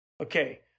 Okay